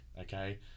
okay